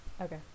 okay